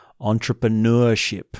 entrepreneurship